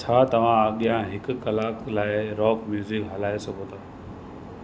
छा तव्हां आॻिया हिकु कलाक लाइ रॉक म्यूज़िक हलाए सघो था